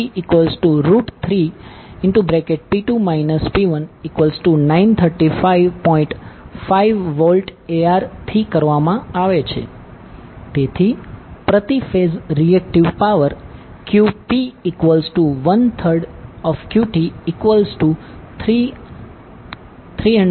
5VAR થી કરવામાં આવે છે તેથી પ્રતિ ફેઝ રીએકટીવ પાવર QP13QT311